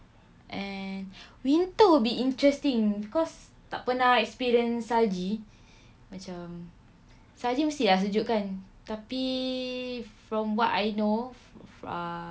and winter will be interesting because tak pernah experience salji macam salji mesti lah sejuk kan tapi from what I know ah